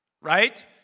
right